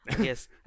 Yes